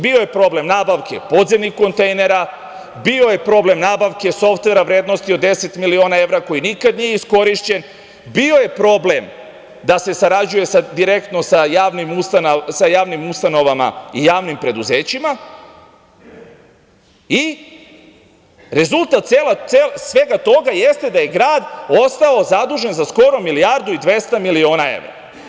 Bio je problem nabavke podzemnih kontejnera, bio je problem nabavke softvera u vrednosti od 10 miliona evra koji nikad nije iskorišćen, bio je problem da se sarađuje direktno sa javnim ustanovama i javnim preduzećima i rezultat svega toga jeste da je grad ostao zadužen za skoro milijardu i dvesta miliona evra.